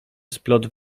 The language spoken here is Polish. splot